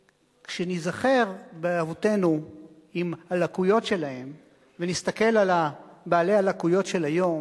כשניזכר באבותינו עם הלקויות שלהם ונסתכל על בעלי הלקויות של היום,